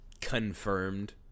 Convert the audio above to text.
confirmed